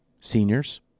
seniors